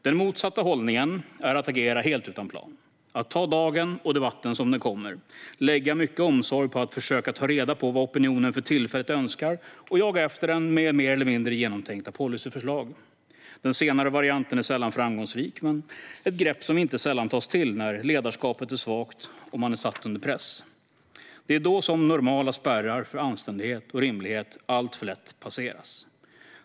Den motsatta hållningen är att agera helt utan plan, att ta dagen - och debatten - som den kommer, att lägga mycket omsorg på att försöka ta reda på vad opinionen för tillfället önskar och jaga efter den med mer eller mindre genomtänkta policyförslag. Den senare varianten är sällan framgångsrik, men det är grepp som inte sällan tas till när ledarskapet är svagt och man är satt under press. Det är då normala spärrar för anständighet och rimlighet alltför lätt passeras.